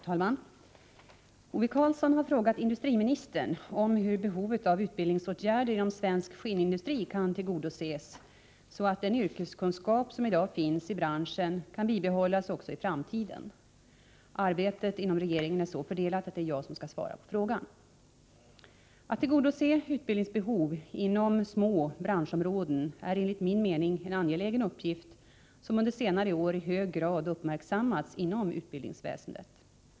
Herr talman! Ove Karlsson har frågat industriministern om hur behovet av utbildningsåtgärder inom svensk skinnindustri kan tillgodoses, så att den yrkeskunskap som i dag finns i branschen kan bibehållas också i framtiden. Arbetet inom regeringen är så fördelat att det är jag som skall svara på frågan. Att tillgodose utbildningsbehov inom små branschområden är enligt min mening en angelägen uppgift som under senare år i hög grad har uppmärksammats inom utbildningsväsendet.